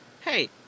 Hey